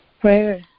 prayer